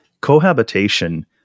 cohabitation